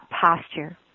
posture